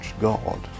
God